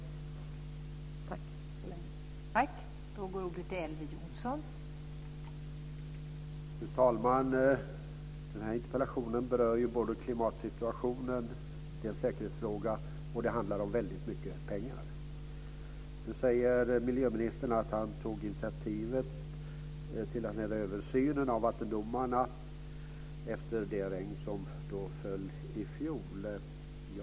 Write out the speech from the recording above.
Tack så länge!